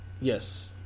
yes